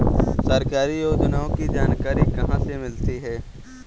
सरकारी योजनाओं की जानकारी कहाँ से मिलती है?